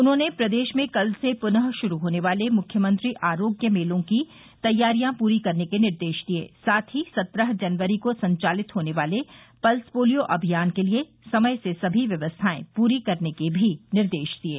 उन्होंने प्रदेश में कल से पुनः शुरू होने वाले मुख्यमंत्री आरोग्य मेलों की तैयारिया पूरी करने के निर्देश दिये साथ ही सत्रह जनवरी को संचालित होने वाले पल्सपोलियो अभियान के लिए समय से सभी व्यवस्थाएं पूरी करने के भी निर्देश दिये